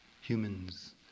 humans